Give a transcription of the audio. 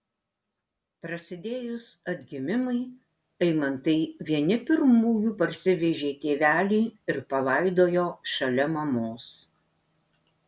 prasidėjus atgimimui eimantai vieni pirmųjų parsivežė tėvelį ir palaidojo šalia mamos